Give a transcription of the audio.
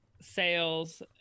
sales